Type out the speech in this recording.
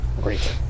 great